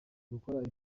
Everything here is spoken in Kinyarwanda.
gukora